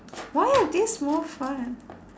why are these more fun